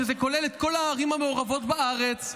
שזה כולל את כל הערים המעורבות בארץ.